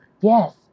Yes